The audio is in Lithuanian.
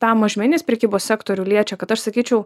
tą mažmeninės prekybos sektorių liečia kad aš sakyčiau